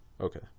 Okay